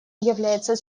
является